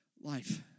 life